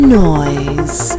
noise